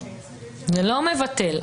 זה לא מבטל.